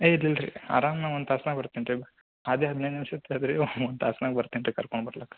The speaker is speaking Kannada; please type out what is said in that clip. ಇದು ಇಲ್ಲ ರೀ ಆರಾಮ್ನಾಗೆ ಒಂದು ತಾಸ್ನಾಗೆ ಬರ್ತೆನೆ ರೀ ಹಾದಿ ಹದಿನೈದು ನಿಮಿಷದ್ದು ಅದೆ ರೀ ಒಂದು ತಾಸಿನಾಗೆ ಬರ್ತೆನೆ ರೀ ಕರ್ಕೊಂಡು ಬರ್ಲಾಕೆ